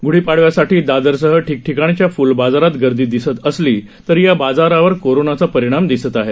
ग्रूढीपाडव्यासाठी दादरसह ठिकठिकाणच्या फूल बाजारात गर्दी दिसत असली तरी या बाजारावर कोरोनाचा परिणाम दिसत आहे